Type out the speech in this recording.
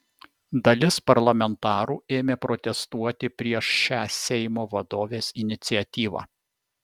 dalis parlamentarų ėmė protestuoti prieš šią seimo vadovės iniciatyvą